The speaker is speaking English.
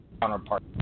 counterpart